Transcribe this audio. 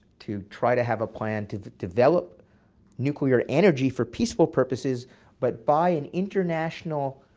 to try to have a plan to develop nuclear energy for peaceful purposes but by and international